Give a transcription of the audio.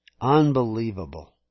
Unbelievable